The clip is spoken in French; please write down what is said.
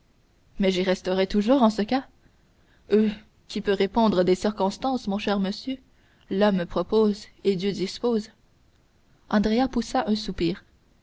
mais j'y resterai toujours en ce cas heu qui peut répondre des circonstances mon cher monsieur l'homme propose et dieu dispose andrea poussa un soupir